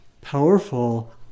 powerful